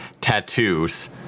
tattoos